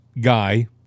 guy